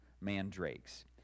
mandrakes